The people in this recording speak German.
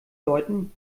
leuten